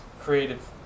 creative